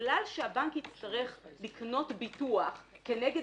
בגלל שהבנק יצטרך לקנות ביטוח כנגד